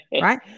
Right